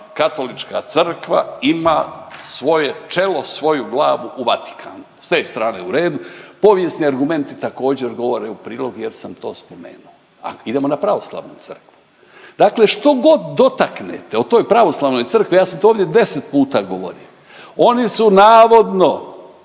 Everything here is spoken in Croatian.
Katolička Crkva ima svoje čelo, svoju glavu u Vatikanu s te strane u redu, povijesni argumenti također govore u prilog jer sam to spomenuo. Idemo na pravoslavnu crkvu, dakle štogod dotaknete o toj pravoslavnoj crkvi ja sam to ovdje 10 puta govorio, oni su navodno,